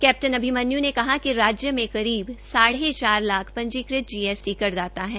captain Abhimanyu ने कहा कि राज्य में करीब सांधे चार लाख पंजीकृत जीएसटी करदाता है